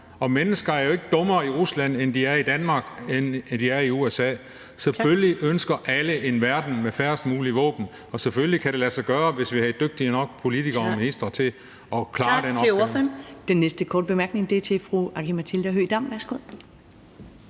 og mennesker er jo ikke dummere i Rusland, end de er i Danmark, og end de er i USA, så selvfølgelig ønsker alle en verden med færrest mulige våben, og selvfølgelig kan det lade sig gøre, hvis vi havde dygtige nok politikere og ministre til at klare den opgave.